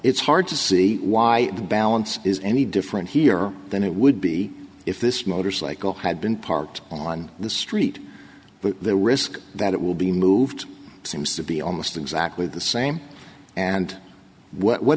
it's hard to see why the balance is any different here than it would be if this motorcycle had been parked on the street but the risk that it will be moved seems to be almost exactly the same and what